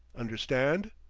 understand?